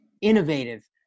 innovative